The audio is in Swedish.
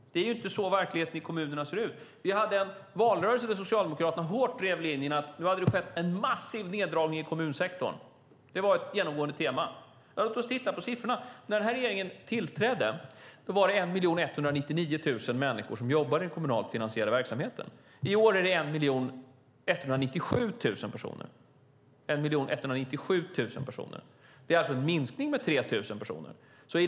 Det är inte så verkligheten i kommunerna ser ut. Vi hade en valrörelse där Socialdemokraterna hårt drev linjen att nu hade det skett en massiv neddragning i kommunsektorn. Det var ett genomgående tema. Låt oss titta på siffrorna. När den här regeringen tillträdde jobbade 1 199 000 människor i den kommunalt finansierade verksamheten. I år är det 1 197 000 personer. Det är alltså en minskning med omkring 3 000 personer.